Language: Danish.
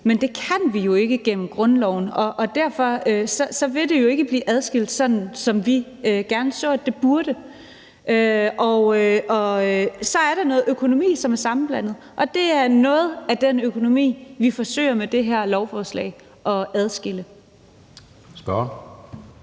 men det kan vi jo ikke gennem grundloven. Derfor vil det jo ikke blive adskilt, sådan som vi gerne så at det burde. Og så er der noget økonomi, som er sammenblandet, og det er noget af den økonomi, vi med det her lovforslag forsøger at